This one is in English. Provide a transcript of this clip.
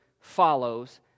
follows